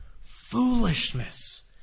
Foolishness